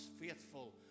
faithful